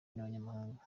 n’abanyamahanga